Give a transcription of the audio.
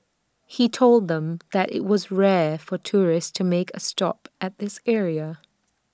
he told them that IT was rare for tourists to make A stop at this area